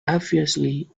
obviously